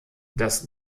das